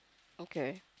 okay